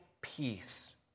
peace